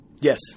Yes